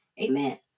Amen